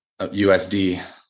USD